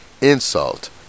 insult